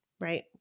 right